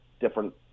different